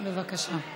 בבקשה.